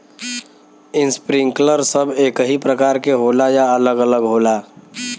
Sprinkler सब एकही प्रकार के होला या अलग अलग होला?